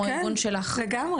אנחנו לא נהפוך לדיקטטורה.